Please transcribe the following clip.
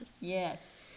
Yes